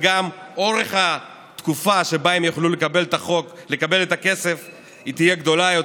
וגם אורך התקופה שבה הם יוכלו לקבל את הכסף יהיה גדול יותר,